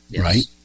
right